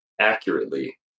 accurately